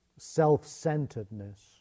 self-centeredness